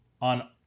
On